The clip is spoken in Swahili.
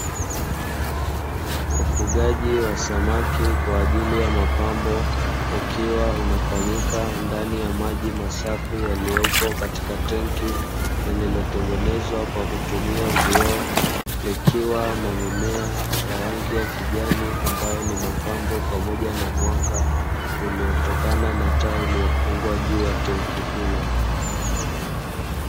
Ufugaji wa samaki kwa ajili ya mapambo ukiwa unafanyika ndani ya maji masafi yaliyopo katika tenki, lililotengenezwa kwa kutumia vioo likiwa na mimea ya rangi ya kijani, ambayo ni mapambo pamoja na mwanga uliotokana na taa iliyofungwa juu ya tenki hilo.